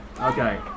Okay